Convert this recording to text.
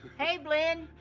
hey blynn,